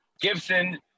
Gibson